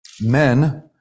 men